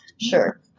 sure